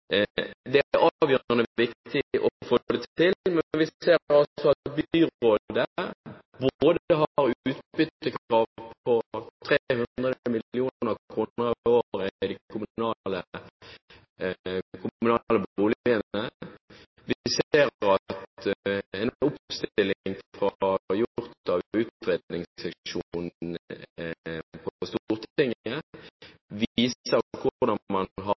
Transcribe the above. Det er avgjørende viktig å få det til. Men vi ser altså at byrådet har utbyttekrav på 300 mill. kr i året på de kommunale boligene. En oppstilling gjort av utredningsseksjonen på Stortinget viser hvordan man gjennom salg av kommunale boliger har